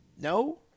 No